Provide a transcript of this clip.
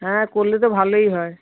হ্যাঁ করলে তো ভালোই হয়